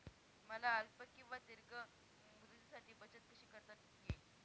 मला अल्प किंवा दीर्घ मुदतीसाठी बचत कशी करता येईल?